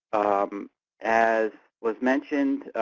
um as was mentioned,